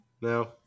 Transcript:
No